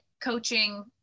coaching